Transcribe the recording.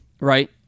Right